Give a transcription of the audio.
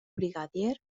brigadier